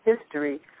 history